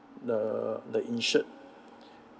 the the insured